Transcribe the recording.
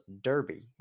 Derby